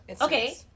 Okay